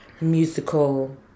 musical